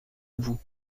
bout